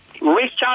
Richard